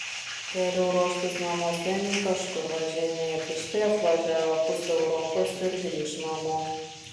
geriau ruoštis namuose nei kažkur važinėti štai apvažiavo pusę europos ir grįš namo